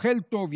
אוכל טוב,